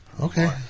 Okay